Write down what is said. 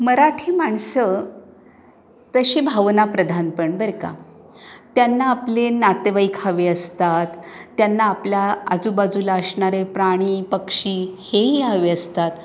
मराठी माणसं तशी भावनाप्रधान पण बरं का त्यांना आपले नातेवाईक हवे असतात त्यांना आपल्या आजूबाजूला असणारे प्राणी पक्षी हेही हवे असतात